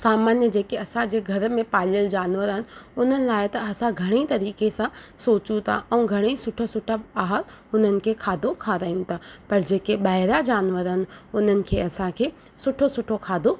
सामान्य जेके असां जे घर में पालियल जानवर आहिनि उन्हनि लाइ त असां घणे तरीक़े सां सोचूं था ऐं घणे सुठा सुठा आहार उन्हनि खे खाधो खारायूं था पर जेके ॿाहिरियां जानवर आहिनि उन्हनि खे असां खे सुठे में सुठो खाधो